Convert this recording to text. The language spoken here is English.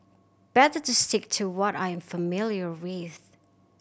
better to stick to what I am familiar with